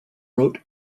wrote